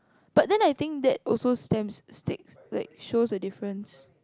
but then I think that also stamps sticks like shows the differences